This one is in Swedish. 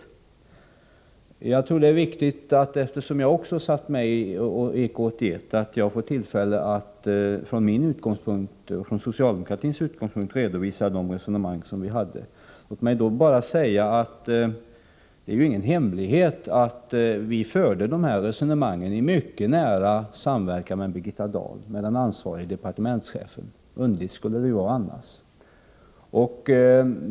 Eftersom jag satt med i EK 81 tror jag att det är viktigt att jag får tillfälle att från min och det socialdemokratiska partiets utgångspunkt redovisa de resonemang som vi hade. Låt mig säga att det inte är någon hemlighet att vi förde dessa resonemang i mycket nära samverkan med Birgitta Dahl, den ansvariga departementschefen — underligt skulle det ju varit annars.